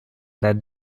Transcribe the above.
that